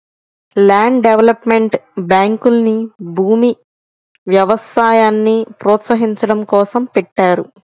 land development బ్యాంకుల్ని భూమి, వ్యవసాయాల్ని ప్రోత్సహించడం కోసం పెట్టారు